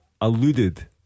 alluded